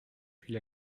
puis